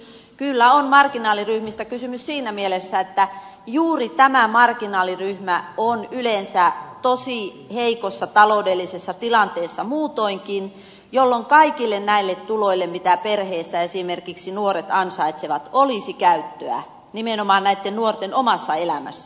kyllä on marginaaliryhmistä kysymys siinä mielessä että juuri tämä marginaaliryhmä on yleensä tosi heikossa taloudellisessa tilanteessa muutoinkin jolloin kaikille näille tuloille mitä perheessä esimerkiksi nuoret ansaitsevat olisi käyttöä nimenomaan näitten nuorten omassa elämässä